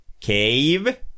cave